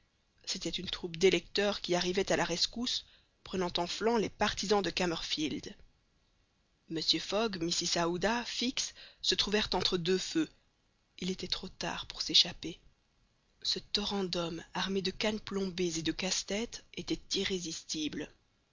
c'était une troupe d'électeurs qui arrivait à la rescousse prenant en flanc les partisans de kamerfield mr fogg mrs aouda fix se trouvèrent entre deux feux il était trop tard pour s'échapper ce torrent d'hommes armés de cannes plombées et de casse-tête était